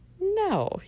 No